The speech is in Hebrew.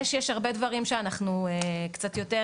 יש הרבה דברים שאנחנו קצת יותר